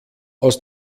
aus